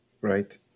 right